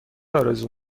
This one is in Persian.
آرزو